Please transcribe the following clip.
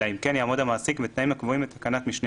אלא אם כן יעמוד המעסיק בתנאים הקבועים בתקנת משנה